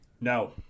No